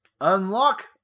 unlock